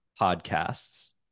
podcasts